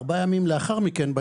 ארבע ימים לאחר מכן,